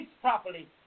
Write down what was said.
properly